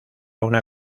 una